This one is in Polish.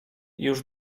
już